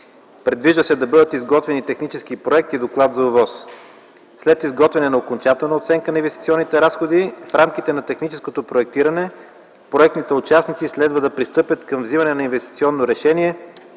Предвиждат се да бъдат извършени технически проект и доклад за ОВОС. След изготвянето на окончателната оценка на инвестиционните разходи в рамките на техническото проектиране проектните участници следва да пристъпят към вземане на инвестиционно решение